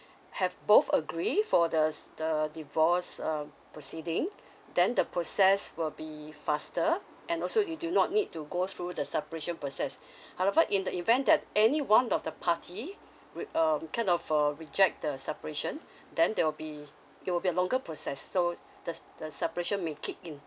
have both agree for the the divorce um proceeding then the process will be faster and also you do not need to go through the separation process however in the event that any one of the party with um kind of uh reject the separation then there will be it will be a longer process so that's the separation may kick in